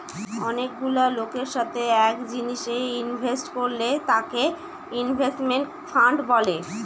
অনেকগুলা লোকের সাথে এক জিনিসে ইনভেস্ট করলে তাকে ইনভেস্টমেন্ট ফান্ড বলে